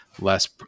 less